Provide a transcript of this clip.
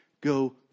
go